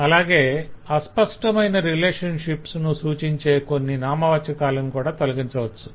అలాగే అస్పష్టమైన రిలేషన్షిప్స్ ను సూచించే కొన్ని నామవాచాకాలను కూడా తొలగించవచ్చు